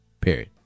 period